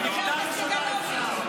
תודה רבה.